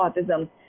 autism